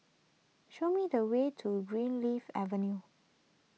show me the way to Greenleaf Avenue